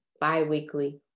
bi-weekly